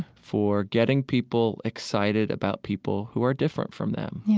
for getting people excited about people who are different from them yeah